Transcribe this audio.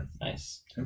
Nice